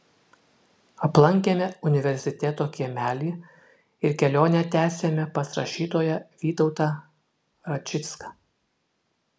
aplankėme universiteto kiemelį ir kelionę tęsėme pas rašytoją vytautą račicką